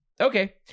Okay